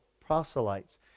proselytes